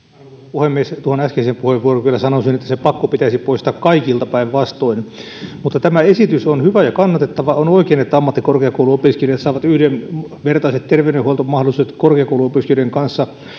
puhemies tuohon äskeiseen puheenvuoroon kyllä sanoisin että se pakko pitäisi poistaa kaikilta päinvastoin mutta tämä esitys on hyvä ja kannatettava on oikein että ammattikorkeakouluopiskelijat saavat yhdenvertaiset terveydenhuoltomahdollisuudet korkeakouluopiskelijoiden kanssa